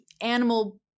animal